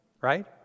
Right